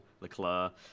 Leclerc